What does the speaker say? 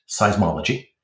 seismology